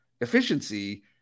efficiency